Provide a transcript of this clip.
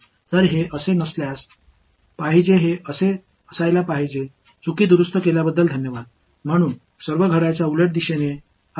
எனவே இது இதுவாக இருக்கக்கூடாது இது இதுவாக இருக்க வேண்டும் எனவே அனைத்தும் கடிகாரச் சுற்றின் எதிர் திசையில் இருக்கும்